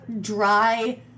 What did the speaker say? dry